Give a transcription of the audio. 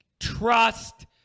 trust